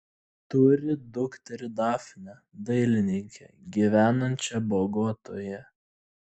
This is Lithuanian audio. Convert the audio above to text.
turi dukterį dafnę dailininkę gyvenančią bogotoje